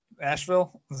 Asheville